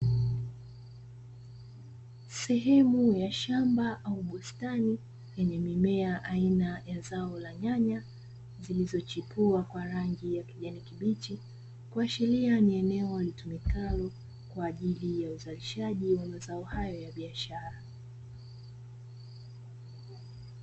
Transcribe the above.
Sehemu ya shamba ama bustani lenye mimea aina ya zao la nyanya zilizochipua kwa rangi ya kijani kibichi, kuashiria ni eneo litumikalo kwa ajili ya uzalishaji wa mazao hayo ya biashara.